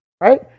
Right